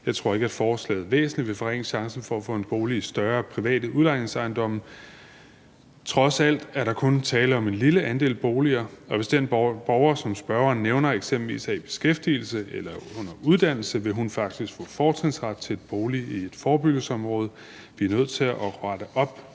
Jeg tror ikke, at forslaget væsentligt vil forringe chancen for at få en bolig i større private udlejningsejendomme. Trods alt er der kun tale om en lille andel af boliger, og hvis den borger, som spørgeren nævner, eksempelvis er i beskæftigelse eller under uddannelse, vil hun faktisk få fortrinsret til en bolig i et forebyggelsesområdet. Vi er nødt til at rette op